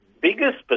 biggest